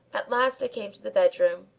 at last i came to the bedroom.